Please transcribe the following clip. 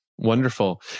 Wonderful